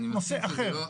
זה נושא אחר.